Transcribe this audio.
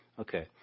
Okay